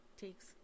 takes